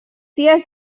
dies